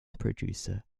producer